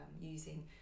using